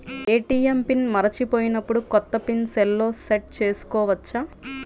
ATM PIN మరచిపోయినప్పుడు, కొత్త PIN సెల్లో సెట్ చేసుకోవచ్చా?